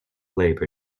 labor